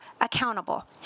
accountable